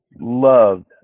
loved